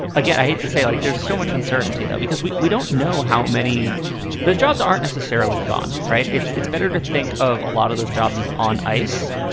again, i hate to say, like there's so much uncertainty, though, because we we don't know how many those jobs aren't necessarily gone. right. it's it's better to think of a lot of those jobs is on ice,